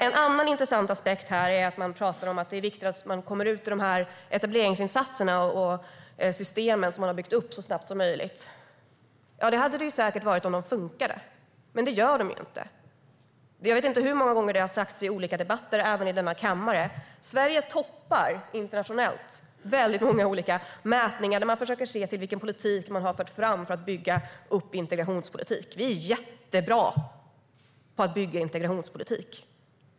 En annan intressant aspekt är att man talar om hur viktigt det är att så snabbt som möjligt komma ut ur etableringsinsatserna och etableringssystemen. Det skulle det säkert ha varit om systemen funkade, men det gör de ju inte. Jag vet inte hur många gånger det har sagts i olika debatter, även i denna kammare. Sverige toppar internationellt olika mätningar där man försöker se vilken politik man har fört för att bygga upp integrationspolitik. Vi är jättebra på att bygga integrationspolitik.